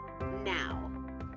now